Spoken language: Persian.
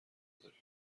داریم